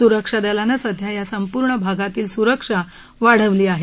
सुरक्षा दलानं सध्या या संपूर्ण भागातील सुरक्षा वाढवली आहे